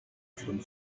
von